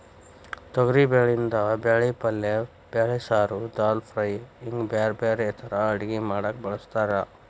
ತೊಗರಿಬ್ಯಾಳಿಯಿಂದ ಬ್ಯಾಳಿ ಪಲ್ಲೆ ಬ್ಯಾಳಿ ಸಾರು, ದಾಲ್ ಫ್ರೈ, ಹಿಂಗ್ ಬ್ಯಾರ್ಬ್ಯಾರೇ ತರಾ ಅಡಗಿ ಮಾಡಾಕ ಬಳಸ್ತಾರ